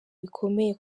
bikomeye